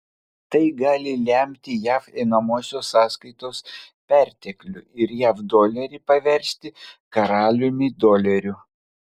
tai gali lemti jav einamosios sąskaitos perteklių ir jav dolerį paversti karaliumi doleriu